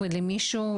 למישהו,